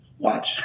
watch